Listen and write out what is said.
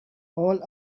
all